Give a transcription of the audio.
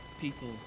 people